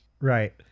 Right